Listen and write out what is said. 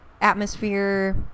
atmosphere